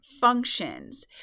functions